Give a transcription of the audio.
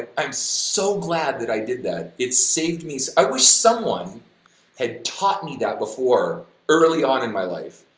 i'm so glad that i did that, it saved me, i wish someone had taught me that before, early on in my life.